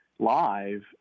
live